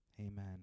Amen